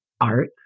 art